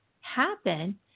happen